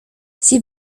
sie